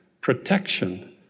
protection